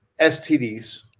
STDs